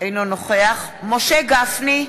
אינו נוכח משה גפני,